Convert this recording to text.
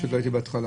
מבקשים לתקן